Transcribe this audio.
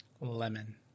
lemon